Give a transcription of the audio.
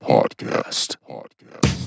Podcast